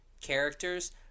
characters